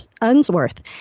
Unsworth